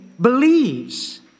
believes